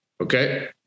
Okay